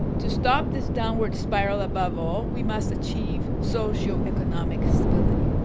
to stop this downward spiral above all we must achieve social economic stability.